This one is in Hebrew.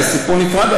זה סיפור נפרד,